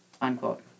unquote